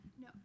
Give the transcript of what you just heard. No